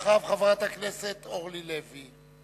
אחריו, חברת הכנסת אורלי לוי.